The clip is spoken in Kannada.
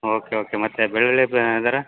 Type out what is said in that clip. ಓಕೆ ಓಕೆ ಮತ್ತು ಬೆಳ್ಳುಳ್ಳಿ ದ ದರ